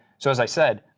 so as i said,